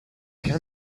can